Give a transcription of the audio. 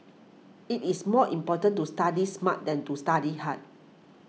it is more important to study smart than to study hard